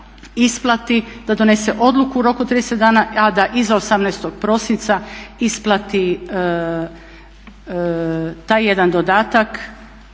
isplati, da donese odluku u roku od 30 dana a da iza 18. prosinca isplati taj jedan dodatak,